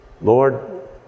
Lord